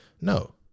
no